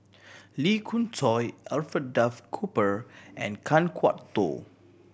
Lee Khoon Choy Alfred Duff Cooper and Kan Kwok Toh